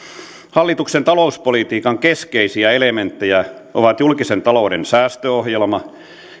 hallituksen talouspolitiikan keskeisiä elementtejä ovat julkisen talouden säästöohjelma